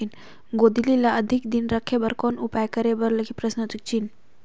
गोंदली ल अधिक दिन राखे बर कौन उपाय करे बर लगही?